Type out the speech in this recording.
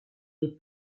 les